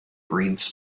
breathes